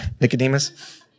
Nicodemus